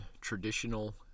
traditional